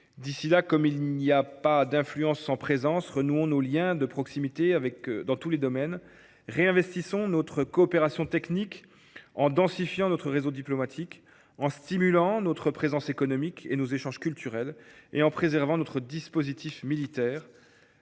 D’ici là, comme il n’y a pas d’influence sans présence, renouons nos liens de proximité dans tous les domaines. Réinvestissons notre coopération technique, en densifiant notre réseau diplomatique, en stimulant notre présence économique et nos échanges culturels et en préservant notre dispositif militaire.